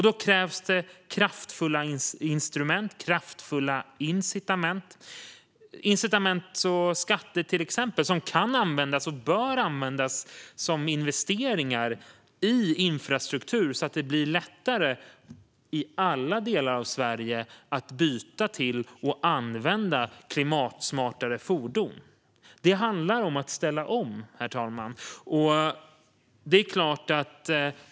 Då krävs det kraftfulla instrument och kraftfulla incitament, till exempel skatter som kan och bör användas som investeringar i infrastruktur så att det i alla delar av Sverige blir lättare att byta till och använda klimatsmartare fordon. Det handlar om att ställa om, herr talman.